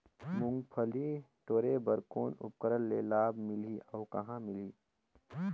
मुंगफली टोरे बर कौन उपकरण ले लाभ मिलही अउ कहाँ मिलही?